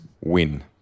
win